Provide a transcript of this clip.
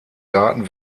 garten